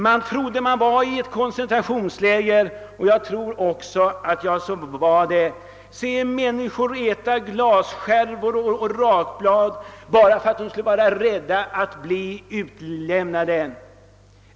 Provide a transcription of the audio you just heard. Man trodde sig förflyttad till ett koncentrationsläger — vilket väl också på sätt och vis var riktigt. Dessa människor hade ätit glasskärvor och rakblad för att slippa bli utlämnade.